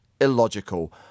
illogical